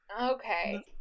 okay